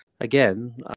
again